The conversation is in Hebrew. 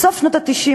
בסוף שנות ה-90,